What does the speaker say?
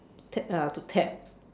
tap uh to tap